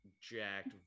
jacked